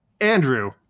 Andrew